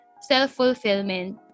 self-fulfillment